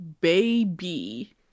baby